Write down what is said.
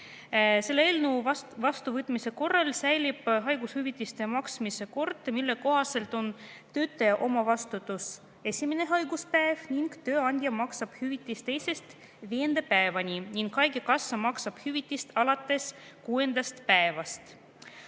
[seadusena] vastuvõtmise korral säilib haigushüvitiste maksmise kord, mille kohaselt on töötaja omavastutus esimene haiguspäev, tööandja maksab hüvitist teisest viienda päevani ning haigekassa maksab hüvitist alates kuuendast päevast.